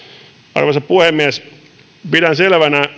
arvoisa puhemies pidän selvänä